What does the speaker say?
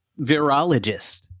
virologist